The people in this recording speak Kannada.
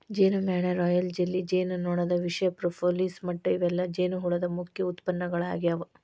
ಜೇನಮ್ಯಾಣ, ರಾಯಲ್ ಜೆಲ್ಲಿ, ಜೇನುನೊಣದ ವಿಷ, ಪ್ರೋಪೋಲಿಸ್ ಮಟ್ಟ ಇವೆಲ್ಲ ಜೇನುಹುಳದ ಮುಖ್ಯ ಉತ್ಪನ್ನಗಳಾಗ್ಯಾವ